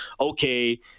okay